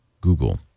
Google